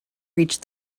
reach